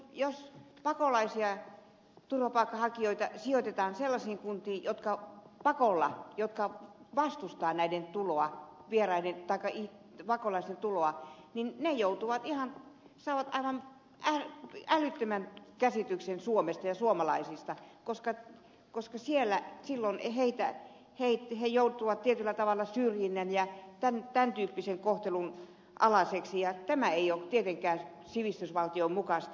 jos pakolaisia turvapaikanhakijoita sijoitetaan sellaisiin kuntiin jotka vastustavat näiden pakolaisten tuloa he saavat aivan älyttömän käsityksen suomesta ja suomalaisista koska silloin he joutuvat tietyllä tavalla syrjinnän ja tämän tyyppisen kohtelun alaisiksi ja tämä ei ole tietenkään sivistysvaltion mukaista